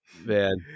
Man